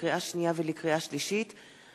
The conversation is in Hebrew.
לקריאה שנייה ולקריאה שלישית,